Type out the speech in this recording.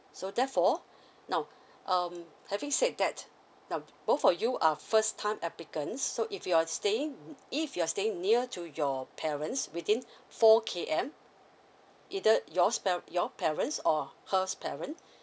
so therefore now um having said that now both of you are first time applicants so if you're staying if you're staying near to your parents within four K_M either yours par~ your parents or hers parent